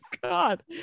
God